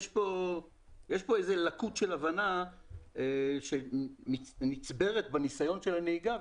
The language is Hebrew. יש כאן לקות של הבנה שנצברת בניסיון של הנהיגה.